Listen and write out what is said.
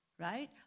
right